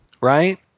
right